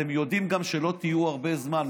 אתם גם יודעים שלא תהיו הרבה זמן.